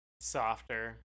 softer